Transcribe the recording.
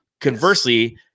Conversely